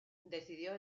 decidió